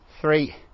Three